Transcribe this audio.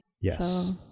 yes